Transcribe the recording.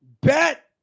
bet